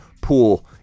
pool